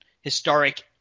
historic